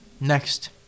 next